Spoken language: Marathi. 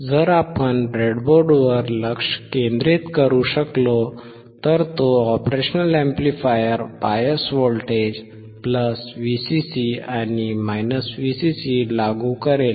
जर आपण ब्रेडबोर्डवर लक्ष केंद्रित करू शकलो तर तो ऑपरेशनल अॅम्प्लिफायरला बायस व्होल्टेज VCC आणि VCC लागू करेल